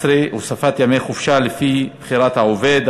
12) (הוספת ימי חופשה לפי בחירת העובד),